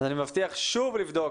אני מבטיח שוב לבדוק